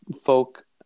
folk